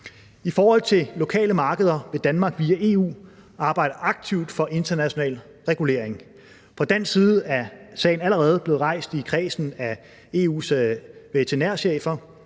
I forhold til lokale markeder vil Danmark via EU arbejde aktivt for international regulering. Fra dansk side er sagen allerede blevet rejst i kredsen af EU's veterinærchefer.